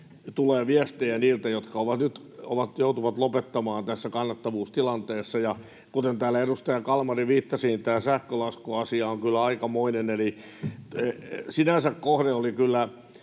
tulee viestejä niiltä, jotka joutuvat lopettamaan tässä kannattavuustilanteessa. Ja kuten täällä edustaja Kalmari viittasi, tämä sähkölaskuasia on kyllä aikamoinen. Eli sinänsä kohde oli kyllä